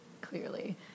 clearly